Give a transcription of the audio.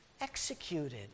executed